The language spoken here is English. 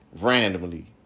randomly